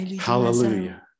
Hallelujah